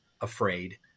afraid